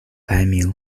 排名